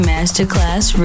Masterclass